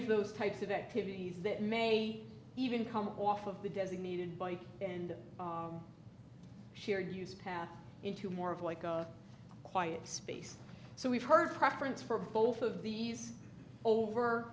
of those types of activities that may even come off of the designated by and shared use path into more of like a quiet space so we've heard preference for both of these over